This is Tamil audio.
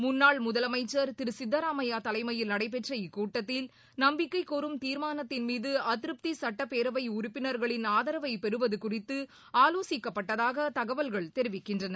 முன்னாள் முதலமைச்சர் திரு சித்தராமையா தலைமையில் நடைபெற்ற இக்கூட்டத்தில் நம்பிக்கைக்கோரும் தீர்மாளத்தின்மீது அதிருப்தி சட்டப் பேரவை உறுப்பினர்களின் ஆதரவை பெறுவது குறித்து ஆலோசிக்கப்பட்டதாக தகவல்கள் தெரிவிக்கின்றன